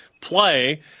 play